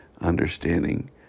understanding